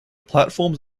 platforms